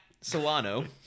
solano